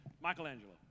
Michelangelo